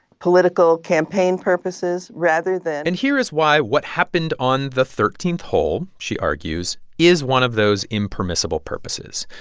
political campaign purposes, rather than. and here is why what happened on the thirteenth hole, she argues, is one of those impermissible purposes.